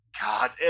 God